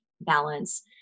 balance